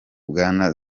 bwana